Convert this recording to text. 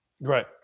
right